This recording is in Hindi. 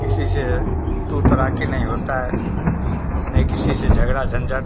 किसी से तू तड़ाकी नहीं होता है ना ही किसी से झगड़ा झंझट